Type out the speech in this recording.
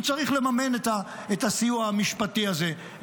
לממן את הסיוע המשפטי הזה,